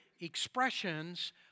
expressions